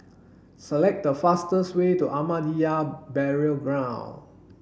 select the fastest way to Ahmadiyya Burial Ground